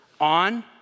on